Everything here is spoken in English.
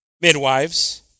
midwives